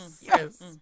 Yes